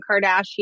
kardashian